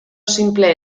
sinple